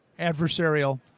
adversarial